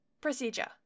Procedure